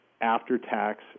after-tax